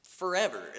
forever